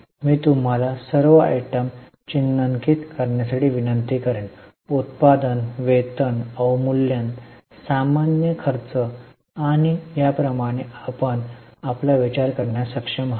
मी तुम्हाला सर्व आयटम चिन्हांकित करण्याची विनंती करेन उत्पादन वेतन अवमूल्यन सामान्य खर्च आणि याप्रमाणे आपण आपला विचार करण्यास सक्षम आहात